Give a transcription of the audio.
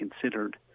considered